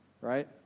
right